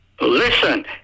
Listen